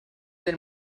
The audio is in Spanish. del